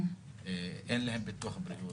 אין להם ביטוח בריאות,